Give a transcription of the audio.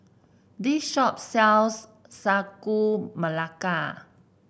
this shop sells Sagu Melaka